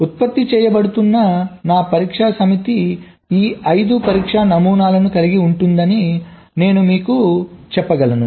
ఉత్పత్తి చేయబడుతున్న నా పరీక్ష సమితి ఈ 5 పరీక్ష నమూనాలను కలిగి ఉంటుందని నేను చెప్పగలను